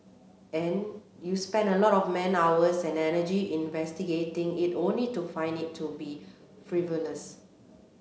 and you spend a lot of man hours and energy investigating it only to find it to be frivolous